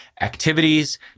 activities